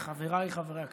חבריי חברי הכנסת,